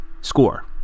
Score